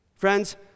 Friends